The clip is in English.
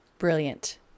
Brilliant